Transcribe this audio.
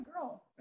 girl